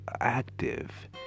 active